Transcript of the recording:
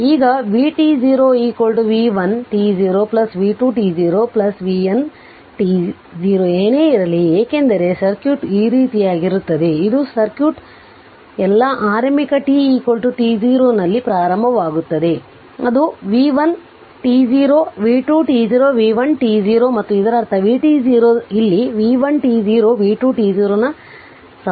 ಈಗ vt0 v1 t0 v2 t0 vn t0 ಏನೇ ಇರಲಿ ಏಕೆಂದರೆ ಸರ್ಕ್ಯೂಟ್ ಈ ರೀತಿಯಾಗಿರುತ್ತದೆ ಇದು ಸರ್ಕ್ಯೂಟ್ ಎಲ್ಲಾ ಆರಂಭಿಕ t t0 ನಲ್ಲಿ ಪ್ರಾರಂಭವಾಗುತ್ತದೆ ಅದು v1 t0 v2 t0 v1 t0 ಮತ್ತು ಇದರರ್ಥ vt0 ಇಲ್ಲಿ v1 t0 v2 t0 ನ ಸಮ್ ಆಗಿರುತ್ತದೆ